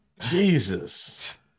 Jesus